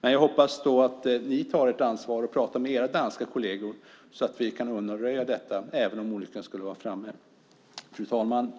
Jag hoppas att ni tar ett ansvar och pratar med era danska kolleger så att vi kan undanröja detta om olyckan skulle vara framme. Fru talman!